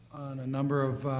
on a number of,